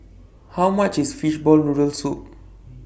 How much IS Fishball Noodle Soup